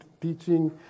teaching